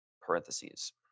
parentheses